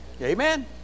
Amen